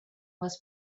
was